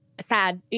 sad